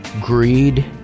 greed